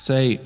Say